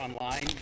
online